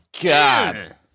God